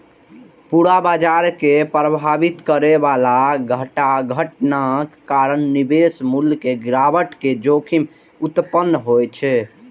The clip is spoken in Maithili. पूरा बाजार कें प्रभावित करै बला घटनाक कारण निवेश मूल्य मे गिरावट के जोखिम उत्पन्न होइ छै